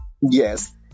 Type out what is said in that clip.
Yes